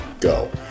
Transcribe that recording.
go